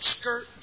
skirt